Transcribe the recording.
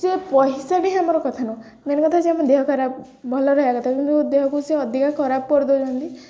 ସେ ପଇସା ବି ଆମର କଥା ନୁହେଁ ମେନ୍ କଥା ଯେ ଆମ ଦେହ ଖରାପ ଭଲ ରହିବା କଥା କିନ୍ତୁ ଦେହକୁ ସିଏ ଅଧିକା ଖରାପ କରି ଦେଉଛନ୍ତି